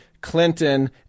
Clinton